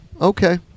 okay